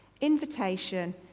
invitation